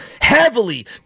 heavily